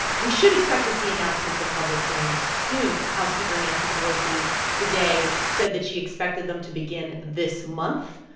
we should expect to see announcements of public hearings soon. house speaker nancy pelosi today said that she expected them to begin this month.